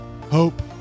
hope